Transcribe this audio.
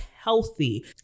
healthy